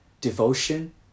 Devotion